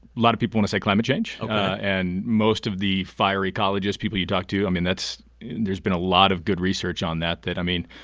lot of people want to say climate change and most of the fire ecologist people you talk to, i mean, that's there's been a lot of good research on that, that, i mean,